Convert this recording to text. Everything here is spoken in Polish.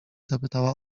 zapytała